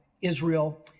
Israel